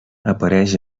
apareix